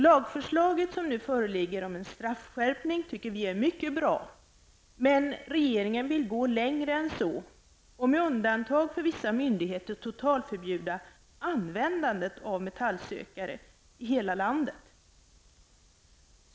Lagförslaget om straffskärpning är mycket bra men regeringen vill gå längre än så och med undantag för vissa myndigheter totalförbjuda användande av metallsökare i hela landet.